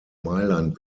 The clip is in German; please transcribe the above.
mailand